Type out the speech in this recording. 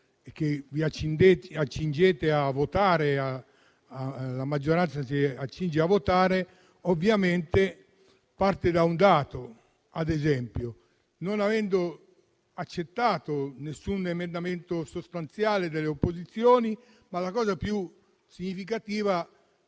che la maggioranza si accinge a votare ovviamente parte da un dato, ovvero che non è stato accettato nessun emendamento sostanziale delle opposizioni, ma la cosa più significativa